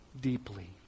deeply